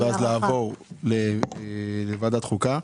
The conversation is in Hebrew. ואז לעבור לוועדת החוקה.